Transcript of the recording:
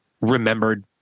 remembered